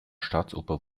staatsoper